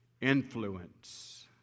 influence